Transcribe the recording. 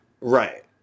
Right